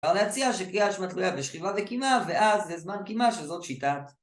אפשר להציע שקיעה שמתחילה בשכיבה וקימה ואז בזמן קימה של זאת שיטה